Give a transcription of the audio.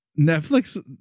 Netflix